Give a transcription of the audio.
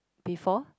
before